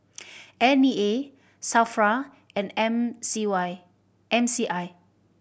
N E A SAFRA and M C Y M C I